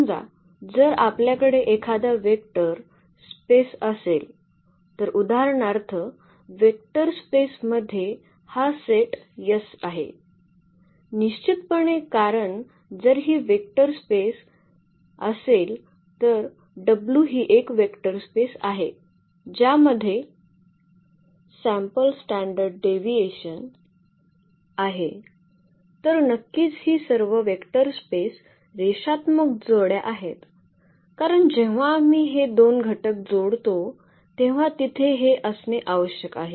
समजा जर आपल्याकडे एखादा वेक्टर स्पेस असेल तर उदाहरणार्थ वेक्टर स्पेस मध्ये हा सेट S आहे निश्चितपणे कारण जर ही वेक्टर स्पेस असेल तर w ही एक वेक्टर स्पेस आहे ज्यात आहे तर नक्कीच ही सर्व वेक्टर स्पेस रेषात्मक जोड्या आहेत कारण जेव्हा आम्ही हे दोन घटक जोडतो तेव्हा तिथे हे असणे आवश्यक आहे